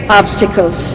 obstacles